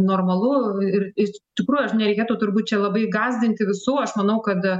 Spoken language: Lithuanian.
normalu ir iš tikrųjų aš nereikėtų turbūt čia labai gąsdinti visų aš manau kad